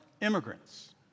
immigrants